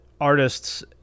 artists